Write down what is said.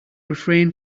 refrain